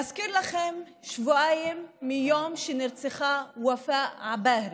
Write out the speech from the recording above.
להזכירכם, שבועיים מיום שנרצחה ופאא עבאהרה,